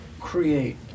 create